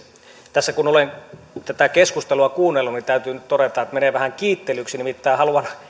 tässä kun olen tätä keskustelua kuunnellut niin täytyy nyt todeta että menee vähän kiittelyksi nimittäin haluan